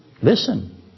Listen